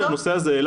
הנושא הזה עלה,